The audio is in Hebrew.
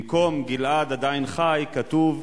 במקום "גלעד עדיין חי" היה כתוב: